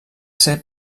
ser